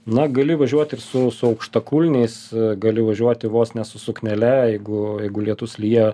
na gali važiuoti ir su su aukštakulniais gali važiuoti vos ne su suknele jeigu jeigu lietus lyja